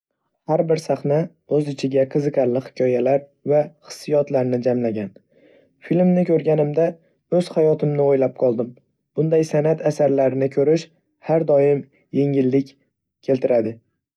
Har bir sahna o'z ichiga qiziqarli hikoyalar va hissiyotlarni jamlagan. Filmni ko'rganimda, o'z hayotimni o'ylab qoldim. Bunday san'at asarlarini ko'rish, har doim yengilik keltiradi.